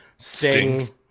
Sting